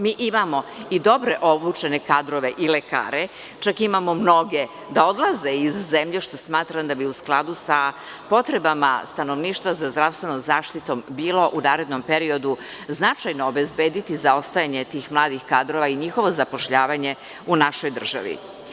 Mi imamo i dobre obučene kadrove i lekare, čak imamo mnoge da odlaze iz zemlje što smatram da bi u skladu sa potrebama stanovništva za zdravstvenom zaštitom bilo u narednom periodu značajno obezbediti zaostajanje tih mladih kadrova i njihovo zapošljavanje u našoj državi.